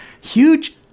huge